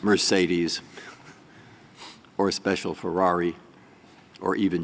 mercedes or a special ferrari or even